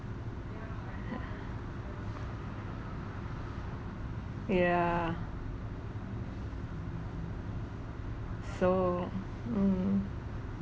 yeah so mm